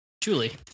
Julie